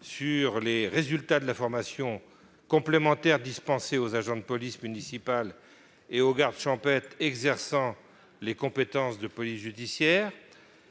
sur les résultats de la formation complémentaire dispensée aux agents de la police municipale et aux gardes champêtres exerçant les compétences de police judiciaire,